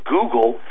Google